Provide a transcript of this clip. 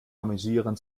amüsieren